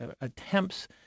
attempts—